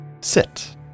sit